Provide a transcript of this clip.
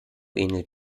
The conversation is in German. ähnelt